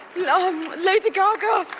you know lady gaga